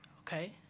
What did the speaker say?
okay